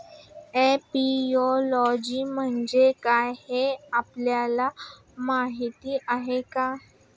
Apiology म्हणजे काय, हे आपल्याला माहीत आहे का?